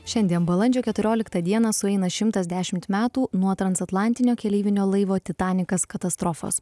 šiandien balandžio keturioliktą dieną sueina šimtas dešimt metų nuo transatlantinio keleivinio laivo titanikas katastrofos